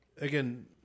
again